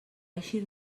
eixir